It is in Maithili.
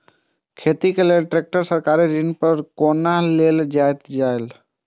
खेती के लेल ट्रेक्टर सरकारी ऋण पर कोना लेल जायत छल?